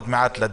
16:38.